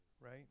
right